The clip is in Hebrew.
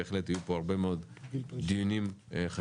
בהחלט יהיו פה הרבה מאוד דיונים חשובים.